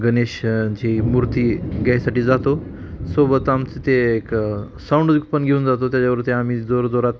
गणेशां ची मूर्ती घ्यायसाठी जातो सोबत आमचं ते एक साऊंड एक पण घेऊन जातो त्याच्यावरती आम्ही जोरजोरात